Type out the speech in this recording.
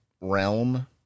realm